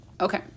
Okay